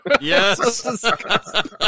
Yes